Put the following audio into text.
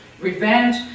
revenge